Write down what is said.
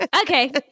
Okay